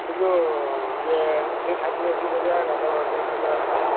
କିନ୍ତୁ ଇଏ ଯେ ଠାକୁର ଦର୍ଶନ କରିବା ଗାଧୁଆ ପାଧୁଆ ଟିକିଏ କରିବା ସେଇଠି